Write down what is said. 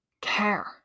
care